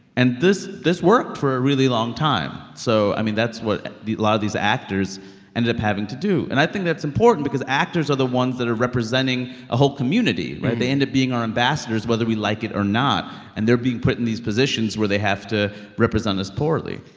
and this this worked for a really long time. so i mean, that's what a lot of these actors ended up having to do. and i think that's important because actors are the ones that are representing a whole community. right? they end up being our ambassadors whether we like it or not. and they're being put in these positions where they have to represent us poorly.